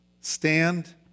stand